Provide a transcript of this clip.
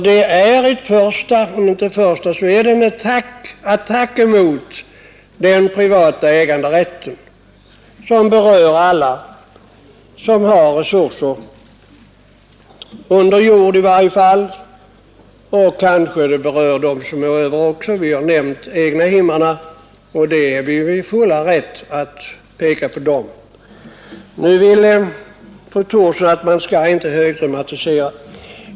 Det är en attack emot den privata äganderätten som berör alla som har resurser under jord i varje fall. Det kanske också berör dem som har tillgångar över jord. Vi har nämnt egnahemsägarna och vi är i vår fulla rätt att peka på dem. Nu vill fru Thorsson att man inte skall högdramatisera.